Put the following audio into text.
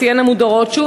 תהיינה מודרות שוב,